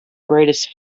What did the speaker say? greatest